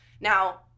now